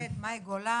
איילת שקד, מאי גולן.